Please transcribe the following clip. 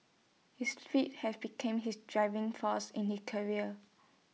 his had become his driving force in the career